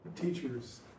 teachers